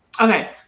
Okay